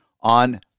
on